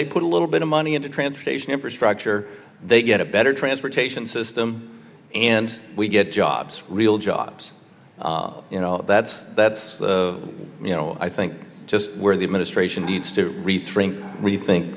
they put a little bit of money into transportation infrastructure they get a better transportation system and we get jobs real jobs you know that's that's you know i think just the administration needs to rethink rethink